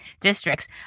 districts